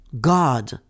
God